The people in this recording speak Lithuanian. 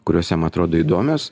kurios jam atrodo įdomios